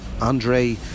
Andre